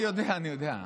אני יודע, אני יודע.